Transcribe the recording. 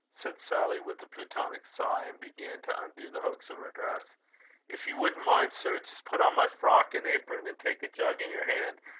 said sally, with a plutonic sigh, and began to undo the hooks of her dress if you wouldn't mind, sir, just put on my frock and apron, and take a jug in your hand,